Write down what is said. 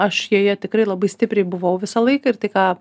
aš joje tikrai labai stipriai buvau visą laiką ir tai ką